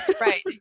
Right